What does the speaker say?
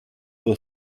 were